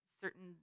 certain